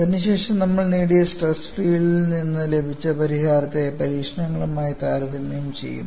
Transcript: അതിനുശേഷം നമ്മൾ നേടിയ സ്ട്രെസ് ഫീൽഡിൽ നിന്ന് ലഭിച്ച പരിഹാരത്തെ പരീക്ഷണങ്ങളുമായി താരതമ്യം ചെയ്യും